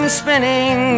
spinning